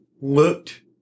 looked